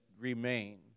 remain